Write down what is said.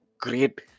great